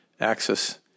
access